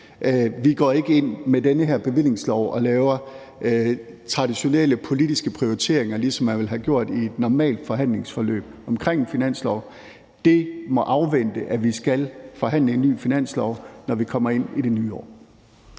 Vi går ikke med den her bevillingslov ind og laver traditionelle politiske prioriteringer, ligesom man ville have gjort i et normalt forhandlingsforløb omkring en finanslov. Det må afvente, at vi skal forhandle en ny finanslov, når vi kommer ind i det nye år.